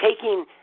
taking